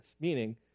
Meaning